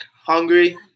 hungry